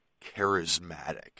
charismatic